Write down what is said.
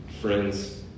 friends